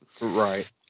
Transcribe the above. right